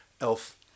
Elf